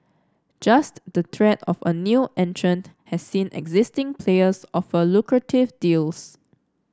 just the threat of a new entrant has seen existing players offer lucrative deals